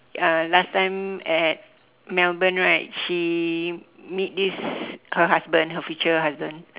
uh last time at melbourne right she meet this her husband her future husband